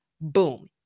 Boom